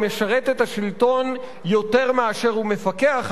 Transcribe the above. המשרת את השלטון יותר מאשר הוא מפקח עליו,